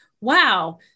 wow